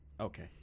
Okay